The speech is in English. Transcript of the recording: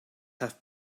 have